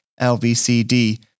LVCD